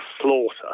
slaughter